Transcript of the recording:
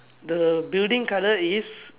the building color is